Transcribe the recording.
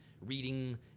reading